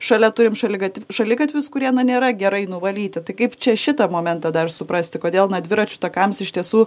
šalia turim šaligatv šaligatvius kurie na nėra gerai nuvalyti tai kaip čia šitą momentą dar suprasti kodėl dviračių takams iš tiesų